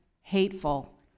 hateful